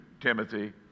Timothy